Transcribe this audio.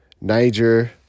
Niger